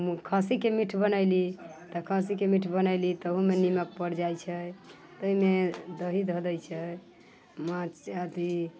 खस्सीके मीट बनयली तऽ खस्सीके मीट बनयली तऽ ओहूमे निमक पड़ि जाइ छै ताहिमे दही धऽ दैत छै अथी